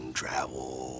travel